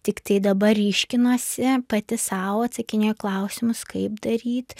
tiktai dabar ryškinuosi pati sau atsakinėju klausimus kaip daryt